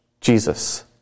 Jesus